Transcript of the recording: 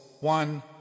one